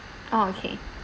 oh okay